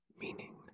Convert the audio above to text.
meaning